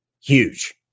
huge